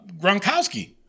Gronkowski